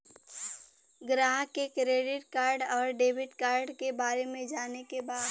ग्राहक के credit card और डेविड कार्ड के बारे में जाने के बा?